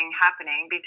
happening